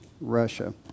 Russia